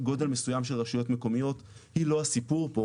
גודל מסוים של רשויות מקומיות היא לא הסיפור פה,